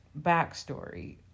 backstory